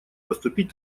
поступить